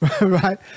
right